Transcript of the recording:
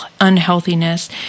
unhealthiness